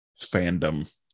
fandom